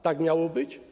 Tak miało być?